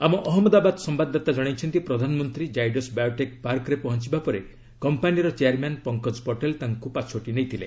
ଆମ ଅହମ୍ମଦାବାଦ ସମ୍ଘାଦାଦତା କଣାଇଛନ୍ତି ପ୍ରଧାନମନ୍ତ୍ରୀ ଜାଇଡସ୍ ବାୟୋଟେକ୍ ପାର୍କରେ ପହଞ୍ଚବା ପରେ କମ୍ପାନୀର ଚେୟାରମ୍ୟାନ୍ ପଙ୍କଜ ପଟେଲ୍ ତାଙ୍କୁ ପାଛୋଟି ନେଇଥିଲେ